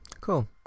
Cool